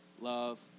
love